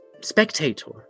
spectator